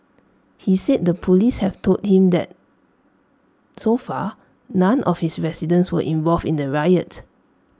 he said the Police have told him that so far none of his residents were involved in the riot